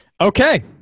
okay